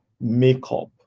makeup